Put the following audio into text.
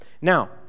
Now